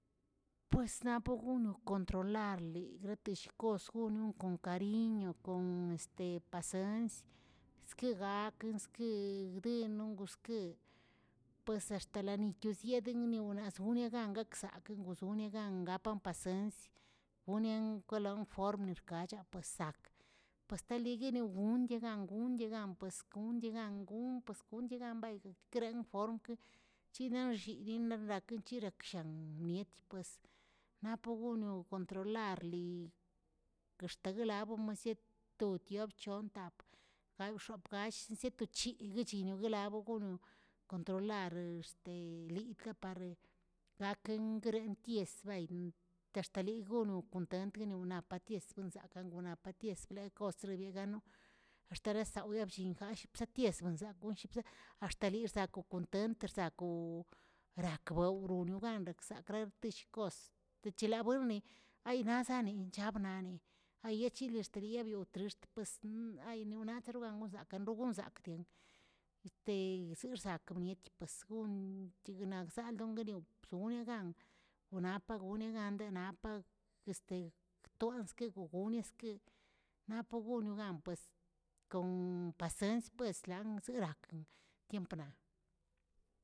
Pues napgono controlarli reteshkos gonon kon kariño kon pasens eskeꞌə gakə eskeꞌə negden nongosken, pues axtenalikiuseden yuniazongakə wozoneꞌngakə pon pasens, gonian golenform rkacha pues zak, pues estetiliniagon diana gondiana pues gondiana gon pues gondianabay kreen formkeə chinanxshyidenaꞌnrakeꞌe chiraꞌk miet pues napoꞌ gonoꞌ kontrolarli guxtablelamasia to diop chon tap gay xop gall sieto chiꞌ yinogulab gonoꞌ kontrolarest, ligapar gakeən guerenties bayn ta- tali gono kontent naꞌ paties konsakaꞌan naꞌ patieskostrleleꞌe yagano ax̱t tarasaꞌa wyblliangash atiesbasankost axtali rsakon kontent, rzakoꞌ rakbaw wrorogan rakzaꞌkreskrishkos wichilabueni aynazaꞌni wnani ayechelix axtbeono axt pues ni wnatergongan wzakan nogonzakdigan, zxibzakan nieti pues gon tignazalgon bsoneꞌ gan, wnapa goneꞌ gan napa to este gogonieske napoꞌ gono gan pues kon pasens pues len slarakin tiempnaꞌ.